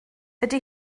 ydy